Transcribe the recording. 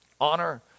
honor